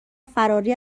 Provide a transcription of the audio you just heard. فراری